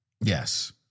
Yes